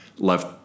Left